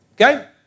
Okay